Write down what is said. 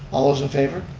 all those in favor?